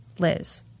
Liz